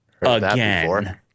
again